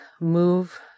move